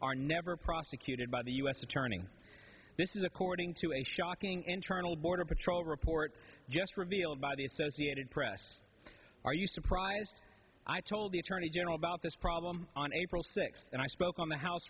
are never prosecuted by the u s attorney this is according to a shocking internal border patrol report just revealed by the associated press are you surprised i told the attorney general about this problem on april sixth and i spoke on the house